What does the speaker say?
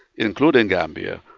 including gambia,